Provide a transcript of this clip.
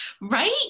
Right